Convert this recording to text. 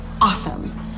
awesome